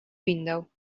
window